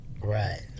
right